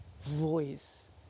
voice